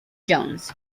jones